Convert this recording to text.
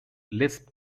lisp